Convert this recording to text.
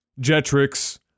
Jetrix